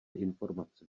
informace